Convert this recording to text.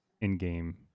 in-game